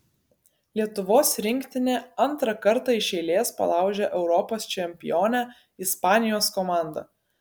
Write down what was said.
lietuvos rinktinė antrą kartą iš eilės palaužė europos čempionę ispanijos komandą